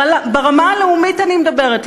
ברמה הלאומית אני מדברת,